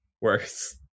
worse